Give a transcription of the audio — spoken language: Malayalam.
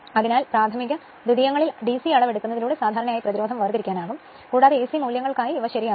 അതിനാൽ പ്രാഥമിക ദ്വിതീയങ്ങളിൽ DC അളവെടുക്കുന്നതിലൂടെ സാധാരണയായി പ്രതിരോധം വേർതിരിക്കാനാകും കൂടാതെ AC മൂല്യങ്ങൾക്കായി ഇവ ശരിയാക്കുന്നു